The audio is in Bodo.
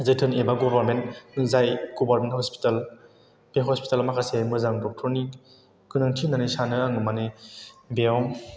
जोथोन एबा गभर्नमेन्त जाय गभर्नमेन्त हस्पिताल बे हस्पितालाव माखासे मोजां डक्टरनि गोनांथि होननानै सानो आं माने बेयाव